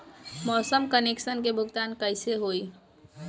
Gas connection के भुगतान कैसे होइ?